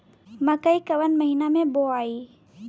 मकई कवना महीना मे बोआइ?